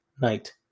night